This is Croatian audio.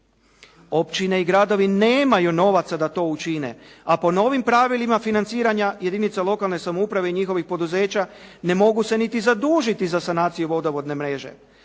Općine i gradovi nemaju novaca da to učine, a po novim pravilima financiranja jedinica lokalne samouprave i njihovih poduzeća ne mogu se niti zadužiti za sanaciju vodovodne mreže.